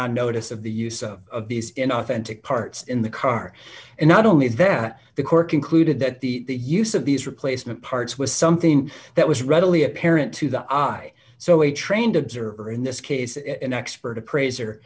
on notice of the use of these inauthentic parts in the car and not only that the court concluded that the use of these replacement parts was something that was readily apparent to the eye so a trained observer in this case an expert appraiser